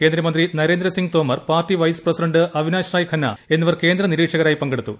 കേന്ദ്രമന്ത്രി Narendra Singh Tomar party vice president Avinash Rai Khanna എന്നിവർ കേന്ദ്ര നിരീക്ഷകരായി പങ്കെടുത്തു